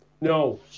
no